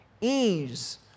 ease